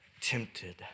tempted